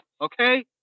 Okay